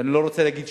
ואני לא רוצה להגיד,